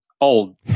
old